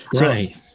right